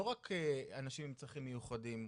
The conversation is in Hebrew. לא רק אנשים עם צרכים מיוחדים,